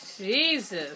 Jesus